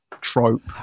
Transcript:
trope